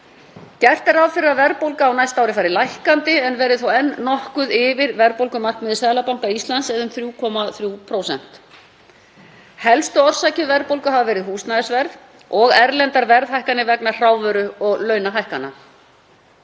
Gert er ráð fyrir að verðbólga á næsta ári fari lækkandi en verði þó enn nokkuð yfir verðbólgumarkmiði Seðlabanka Íslands eða um 3,3%. Helstu orsakir verðbólgu hafa verið húsnæðisverð og erlendar verðhækkanir vegna hrávöru- og launahækkana.